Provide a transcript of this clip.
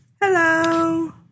Hello